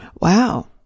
Wow